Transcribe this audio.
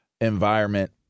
environment